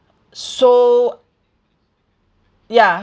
so ya